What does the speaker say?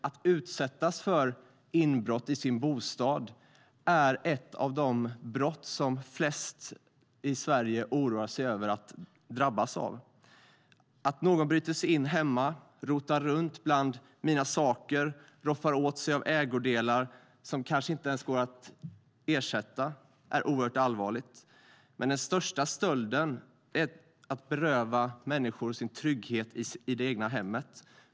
Att utsättas för inbrott i sin bostad är ett av de brott som flest människor i Sverige oroar sig över att drabbas av. Att någon bryter sig in hemma hos mig, rotar runt bland mina saker och roffar åt sig av ägodelar som kanske inte går att ersätta är oerhört allvarligt. Men den största stölden är att beröva människor deras trygghet i det egna hemmet.